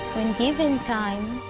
when given time,